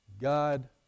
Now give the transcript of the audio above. God